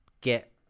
get